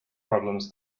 problems